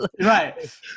Right